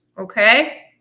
Okay